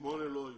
שמונה לא היו.